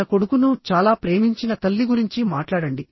తన కొడుకును చాలా ప్రేమించిన తల్లి గురించి మాట్లాడండి